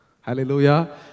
Hallelujah